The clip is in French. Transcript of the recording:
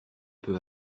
peu